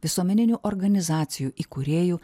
visuomeninių organizacijų įkūrėju